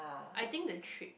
I think the treat